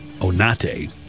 Onate